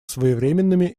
своевременными